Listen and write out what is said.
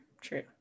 true